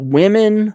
women